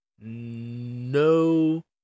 No